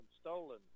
stolen